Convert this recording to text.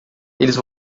eles